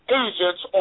agents